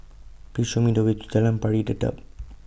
Please Show Me The Way to Jalan Pari Dedap